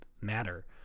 matter